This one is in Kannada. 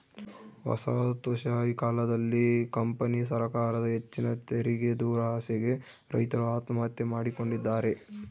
ವಸಾಹತುಶಾಹಿ ಕಾಲದಲ್ಲಿ ಕಂಪನಿ ಸರಕಾರದ ಹೆಚ್ಚಿನ ತೆರಿಗೆದುರಾಸೆಗೆ ರೈತರು ಆತ್ಮಹತ್ಯೆ ಮಾಡಿಕೊಂಡಿದ್ದಾರೆ